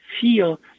Feel